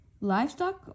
Livestock